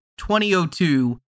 2002